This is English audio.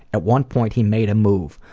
at one point he made a move.